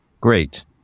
Great